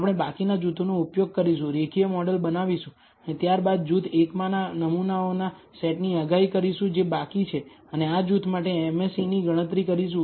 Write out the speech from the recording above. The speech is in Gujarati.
આપણે બાકીના જૂથોનો ઉપયોગ કરીશું રેખીય મોડેલ બનાવીશું અને ત્યારબાદ જૂથ 1 માંના નમૂનાઓના સેટની આગાહી કરીશું જે બાકી છે અને આ જૂથ માટે MSEની ગણતરી કરીશું